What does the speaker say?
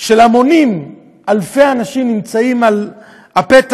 של המונים, אלפי אנשים נמצאים על הפתח,